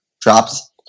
drops